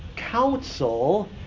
council